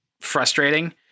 frustrating